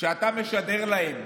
כשאתה משדר להם